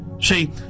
See